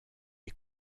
est